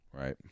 Right